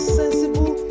sensible